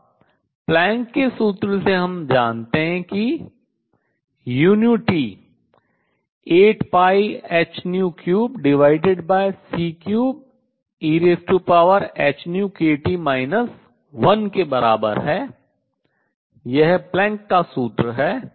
अब प्लैंक के सूत्र से हम जानते हैं कि uT 8πh3c3ehνkT 1 के बराबर है यह प्लैंक का सूत्र है